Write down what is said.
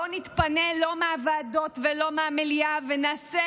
לא נתפנה לא מהוועדות ולא מהמליאה, ונעשה